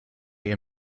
just